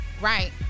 Right